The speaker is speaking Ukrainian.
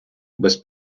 без